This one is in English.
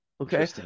okay